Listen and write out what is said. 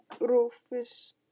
Rufus